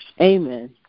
Amen